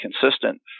consistent